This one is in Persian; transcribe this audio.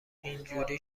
اینجوری